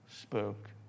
spoke